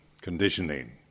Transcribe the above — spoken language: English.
conditioning